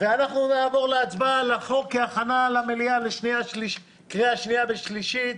אנחנו נעבור להצבעה על הצעת החוק בהכנה למליאה לקריאה השנייה והשלישית.